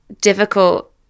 difficult